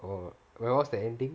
oh where was the ending